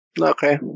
Okay